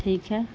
ٹھیک ہے